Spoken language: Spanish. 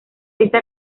este